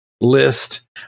list